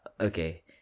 okay